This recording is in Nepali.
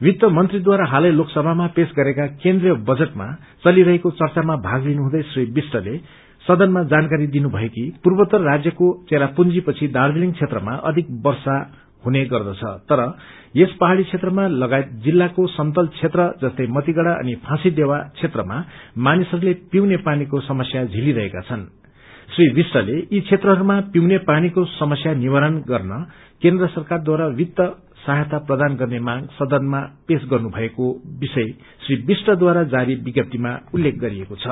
वित्त मंत्रीबारा हालै लोकसभामा पेश गरेका केन्द्रिय बजटमा चलिरहेको चचामा भाग लिनु हुँदै श्री विष्टले सदनामा जनकारी दिनुषयो कि पूर्वोतर राज्यको चंरापुजी पछि दार्जीलिङ क्षेत्रामा अधिक वर्षा हुनेगर्दछ तर यस पहाड़ी क्षेत्रमा लगायत जिल्लाको समतल क्षेत्र जस्तै मतिगड़ा अनि ुँसीदेवा क्षेत्रमा मानिसहस्ले पिउने पानीको समस्या म्नेली रहेका छन् श्री विष्टले यी क्षेत्रहरूमा पिउने पानीको समस्या निवारण गर्न केन्द्र सरकारद्वारा वित्त सहायता प्रदान गर्ने मांग सद्नमा पेश गन्नु भकऐ विषय श्री विष्टद्वारा जारी विज्ञप्तीमा उल्लेख गरिएको छ